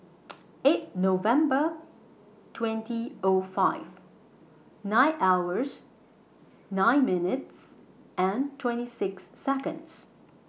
eight November twenty O five nine hours nine minutes and twenty six Seconds